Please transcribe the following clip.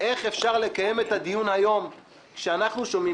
איך אפשר לקיים את הדיון היום כשאנחנו שומעים